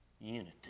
unity